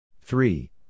three